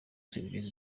serivisi